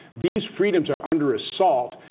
these freedoms are under assault.